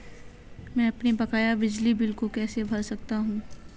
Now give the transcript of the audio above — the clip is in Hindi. मैं अपने बकाया बिजली बिल को कैसे भर सकता हूँ?